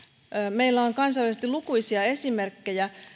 meillä on kansainvälisesti lukuisia esimerkkejä